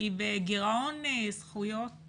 היא בגירעון זכויות